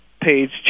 page